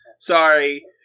Sorry